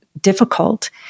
difficult